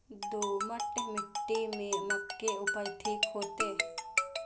दोमट मिट्टी में मक्के उपज ठीक होते?